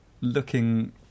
looking